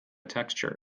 texture